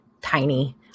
tiny